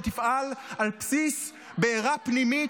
שתפעל על בסיס בערה פנימית,